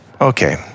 okay